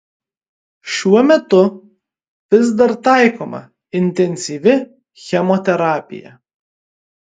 šiuo metu vis dar taikoma intensyvi chemoterapija